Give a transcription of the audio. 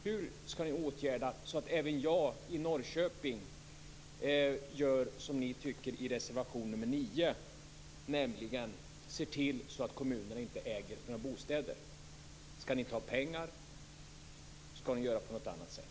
Hur skall ni åtgärda så att även jag i Norrköping gör som ni tycker i reservation nr 9, nämligen ser till att kommunerna inte äger några bostäder? Skall ni ta pengar, eller skall ni göra på något annat sätt?